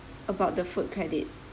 about the food credit